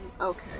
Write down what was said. okay